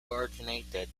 coordinated